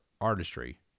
artistry